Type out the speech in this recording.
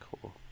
Cool